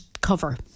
cover